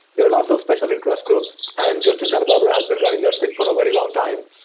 there are lots of special interest groups and justin santa barbara has been running their sig for a very long time.